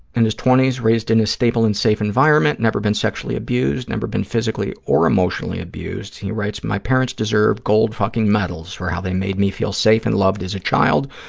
and his twenty s, raised in a stable and safe environment, never been sexually abused, never been physically or emotionally abused. he writes, my parents deserve gold fucking medals for how they made me feel safe and loved as a child.